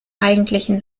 eigentlichen